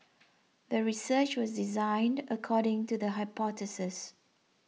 the research was designed according to the hypothesis